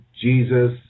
Jesus